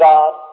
God